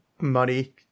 money